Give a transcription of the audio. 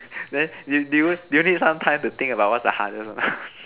then do do you do you need some time to think about what's the hardest or not